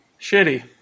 shitty